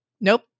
nope